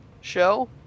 show